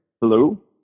Hello